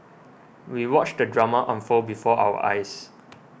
we watched the drama unfold before our eyes